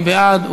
מי בעד?